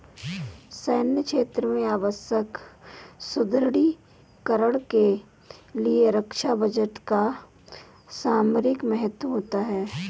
सैन्य क्षेत्र में आवश्यक सुदृढ़ीकरण के लिए रक्षा बजट का सामरिक महत्व होता है